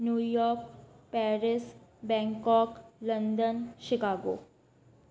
new York Paris Bangkok London Chicago